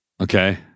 Okay